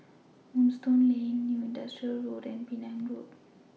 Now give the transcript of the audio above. Moonstone Lane New Industrial Road and Penang Road